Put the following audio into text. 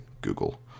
google